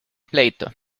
pleito